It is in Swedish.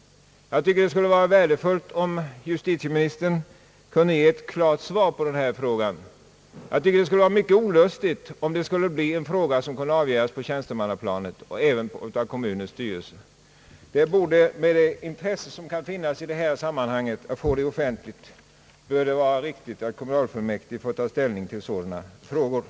Det vore värdefullt om justitieministern kunde ge ett klart svar på denna fråga. Jag tycker det vore mycket olustigt om denna uppgift skulle handläggas på tjänstemannaplanet och även av kommunens styrelse. Med det intresse som råder i detta sammanhang för offentlighet borde det vara riktigt att kommunalfullmäktige tar ställning till sådana här problem.